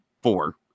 four